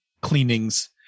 cleanings